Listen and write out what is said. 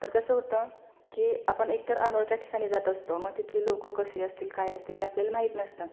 तर कसं होतं की आपण एकतर अनोळख्या ठिकाणी जात असतो म तिथली लोकं कशी असतील काय असतील हे आपल्याला माहीत नसतं